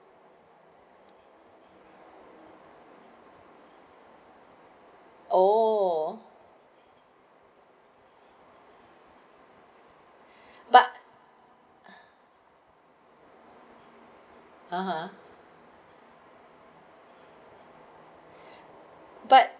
oh but ah ha but